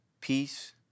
peace